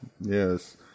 yes